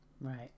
Right